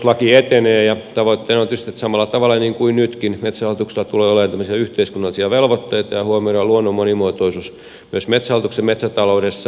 metsähallituslaki etenee ja tavoitteena on tietysti että samalla tavalla kuin nytkin metsähallituksella tulee olemaan tämmöisiä yhteiskunnallisia velvoitteita ja huomioidaan luonnon monimuotoisuus myös metsähallituksen metsätaloudessa